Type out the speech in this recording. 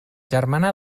germana